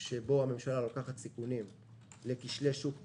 שבו הממשלה לוקחת סיכונים לכשלי שוק ספציפיים.